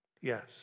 Yes